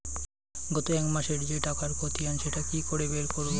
গত এক মাসের যে টাকার খতিয়ান সেটা কি করে বের করব?